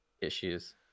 issues